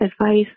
advice